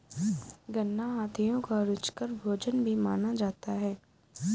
गन्ना हाथियों का रुचिकर भोजन भी माना जाता है